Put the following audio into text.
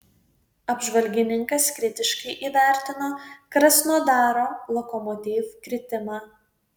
apžvalgininkas kritiškai įvertino krasnodaro lokomotiv kritimą